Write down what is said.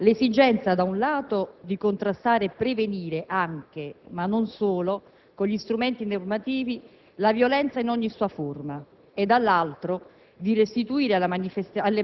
e che hanno dimostrato ancora una volta l'esigenza da un lato di contrastare e prevenire - anche, ma non solo, con gli strumenti normativi - la violenza, in ogni sua forma